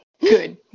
good